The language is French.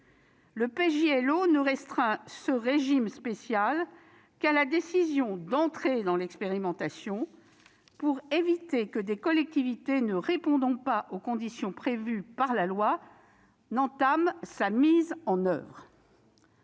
ne restreint ce régime spécial qu'à la décision d'entrée dans l'expérimentation, pour éviter que des collectivités ne répondant pas aux conditions prévues par la loi n'entament sa mise en oeuvre.